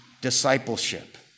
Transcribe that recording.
discipleship